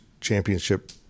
championship